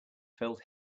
felt